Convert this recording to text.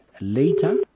later